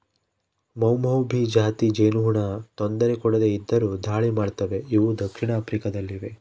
ಮೌಮೌಭಿ ಜಾತಿ ಜೇನುನೊಣ ತೊಂದರೆ ಕೊಡದೆ ಇದ್ದರು ದಾಳಿ ಮಾಡ್ತವೆ ಇವು ದಕ್ಷಿಣ ಆಫ್ರಿಕಾ ದಲ್ಲಿವೆ